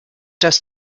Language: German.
dass